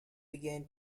began